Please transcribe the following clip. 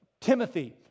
Timothy